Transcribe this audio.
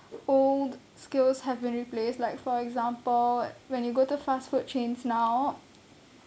old skills have been replaced like for example when you go to fast food chains now